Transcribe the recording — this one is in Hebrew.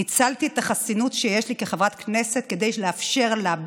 ניצלתי את החסינות שיש לי כחברת כנסת כדי לאפשר לה,